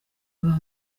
baba